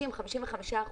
55-50 אחוזים.